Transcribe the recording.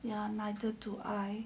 ya neither too I